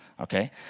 okay